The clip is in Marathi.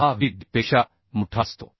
6Vd पेक्षा मोठा असतो